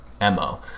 MO